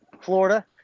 Florida